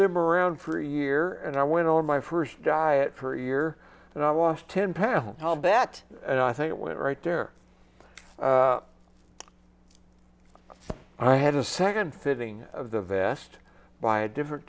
them around for a year and i went on my first diet for a year and i lost ten pounds combat and i think it went right there i had a second fitting of the vest by a different